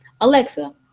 Alexa